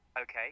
Okay